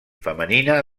femenina